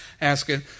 asking